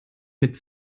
mit